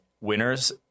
winners